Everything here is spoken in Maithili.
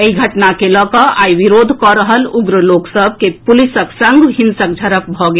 एहि घटना के लऽ कऽ आई विरोध कऽ रहल उग्र लोक सभ के पुलिसक संग हिंसक झड़प भऽ गेल